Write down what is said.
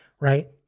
Right